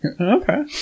Okay